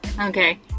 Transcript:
Okay